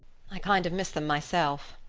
i kind of miss them myself,